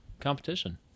competition